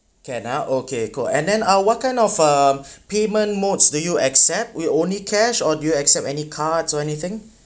can ah okay cool and then uh what kind of uh payment modes do you accept with only cash or do you accept any cards or anything